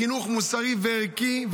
חינוך מוסרי וערכי,